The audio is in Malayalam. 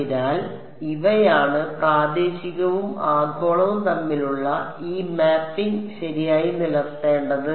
അതിനാൽ ഇവയാണ് പ്രാദേശികവും ആഗോളവും തമ്മിലുള്ള ഈ മാപ്പിംഗ് ശരിയായി നിലനിർത്തേണ്ടത്